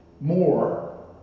More